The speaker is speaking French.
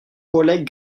collègue